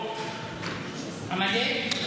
עמלק?